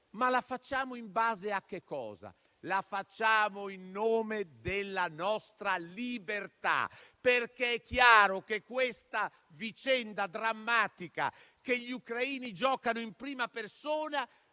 da stringere. Questo lo facciamo in nome della nostra libertà, perché è chiaro che questa vicenda drammatica, che gli ucraini giocano in prima persona,